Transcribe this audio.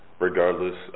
regardless